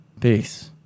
Peace